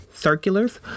Circulars